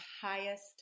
highest